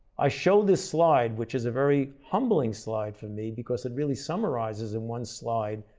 i show this slide which is a very humbling slide for me because it really summarizes in one slide,